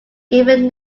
even